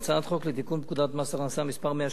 הצעת חוק לתיקון פקודת מס הכנסה (מס'